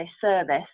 service